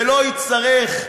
ולא יצטרך,